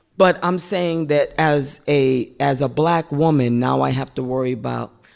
but i'm saying that, as a as a black woman, now i have to worry about,